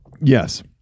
Yes